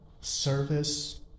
service